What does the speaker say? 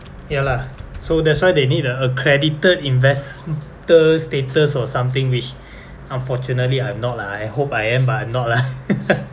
ya lah so that's why they need a accredited investor status or something which unfortunately I'm not lah I hope I am but I'm not lah